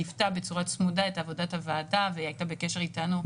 ליוותה בצורה צמודה את עבודת הוועדה והייתה בקשר רציף איתנו.